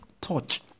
touch